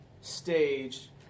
stage